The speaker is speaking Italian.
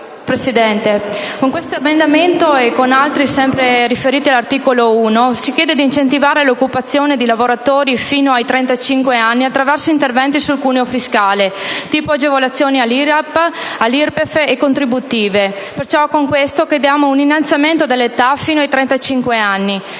Presidente, con l’emendamento 1.200, e con altri, sempre riferiti all’articolo 1, si chiede di incentivare l’occupazione di lavoratori fino ai 35 anni attraverso interventi sul cuneo fiscale (tipo agevolazioni all’IRAP, all’IRPEF e contributive). Con questo emendamento, quindi, chiediamo un innalzamento dell’etafino ai 35 anni,